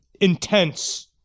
intense